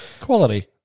Quality